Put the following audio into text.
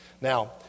Now